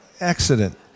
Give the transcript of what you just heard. Accident